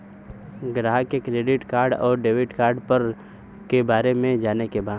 ग्राहक के credit card और डेविड कार्ड के बारे में जाने के बा?